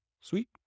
Sweet